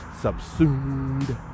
subsumed